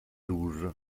douze